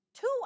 Two